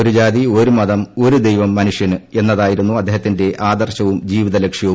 ഒരു ജാതി ഒരു മതം ഒരു ദൈവം മനുഷ്യന് എന്നതായിരുന്നു അദ്ദേഹത്തിന്റെ ആദർശവും ജീവിതലക്ഷ്യവും